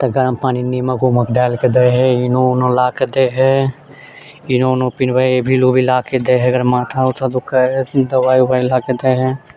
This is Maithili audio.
तऽ गरम पानि निमक उमक दैलके दे है इनो उनो लाके दे है इनो उनो पिलबै है एविल ओविल लाके दै है अगर अगर माथा उथा दुखाइ है तऽ दवाइ ववाइ लाके दै है